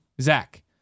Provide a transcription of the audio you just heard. Zach